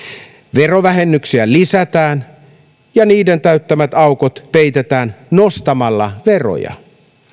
verovähennyksiä lisätään ja niiden täyttämät aukot peitetään nostamalla veroja